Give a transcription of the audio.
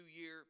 year